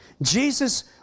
Jesus